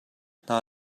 hna